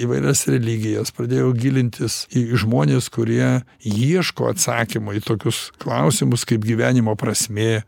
įvairias religijas pradėjau gilintis į žmones kurie ieško atsakymo į tokius klausimus kaip gyvenimo prasmė